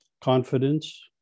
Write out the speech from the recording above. confidence